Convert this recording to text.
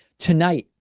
tonight,